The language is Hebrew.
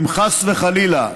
אם חס וחלילה נגיע,